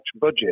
budget